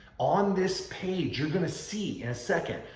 on this page you're going to see in a second,